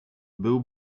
był